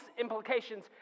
implications